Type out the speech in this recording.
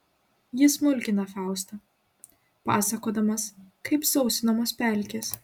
jis mulkina faustą pasakodamas kaip sausinamos pelkės